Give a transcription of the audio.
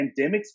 pandemics